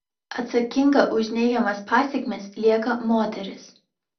atsakinga už neigiamas pasekmes lieka moteris